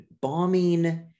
bombing